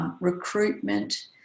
recruitment